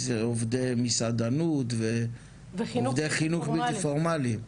עובדי מסעדנות ועובדי חינוך בלתי פורמלי,